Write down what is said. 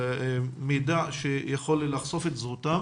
מידע שיכול לחשוף את זהותם